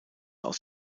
aus